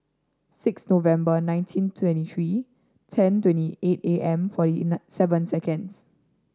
six November nineteen twenty three ten twenty eight A M forty nine seven seconds